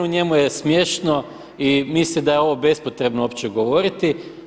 Njemu je smiješno i misli da je ovo bespotrebno uopće govoriti.